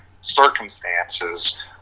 circumstances